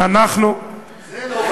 זה לא בטוח.